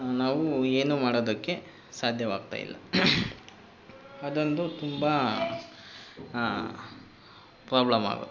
ನಾವು ಏನೂ ಮಾಡೋದಕ್ಕೆ ಸಾಧ್ಯವಾಗ್ತಾಯಿಲ್ಲ ಅದೊಂದು ತುಂಬ ಪ್ರಾಬ್ಲಮ್ಮಾಗುತ್ತೆ